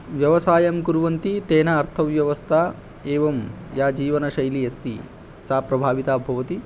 व्यवसायं कुर्वन्ति तेन अर्थव्यवस्था एवं या जीवनशैली अस्ति सा प्रभाविता भवति